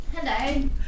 Hello